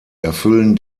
erfüllen